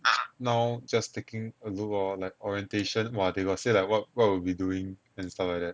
now just taking a look lor like orientation !wah! they got say like what what we'll be doing and stuff like that